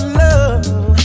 love